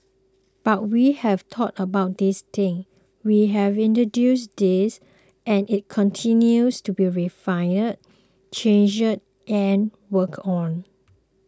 but we have thought about these things we have introduced these and it continues to be refined changed and worked on